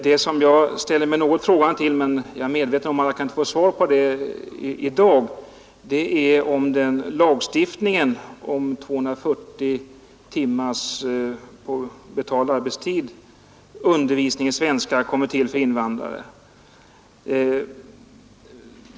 Det som jag ställer mig något frågande till, men jag är medveten om alt jag inte kan få svar på det i dag, är om lagstiftningen om 240 timmars undervisning i svenska på betald arbetstid för invandrare skall komma till stånd.